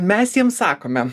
mes jiems sakome